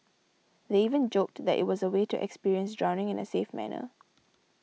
they even joked that it was a way to experience drowning in a safe manner